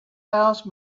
house